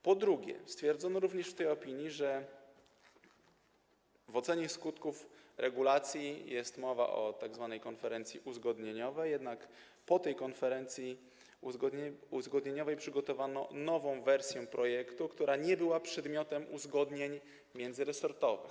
Po drugie, stwierdzono również w tej opinii, że w ocenie skutków regulacji jest mowa o tzw. konferencji uzgodnieniowej, jednak po tej konferencji uzgodnieniowej przygotowano nową wersję projektu, która nie była przedmiotem uzgodnień międzyresortowych.